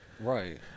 Right